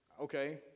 okay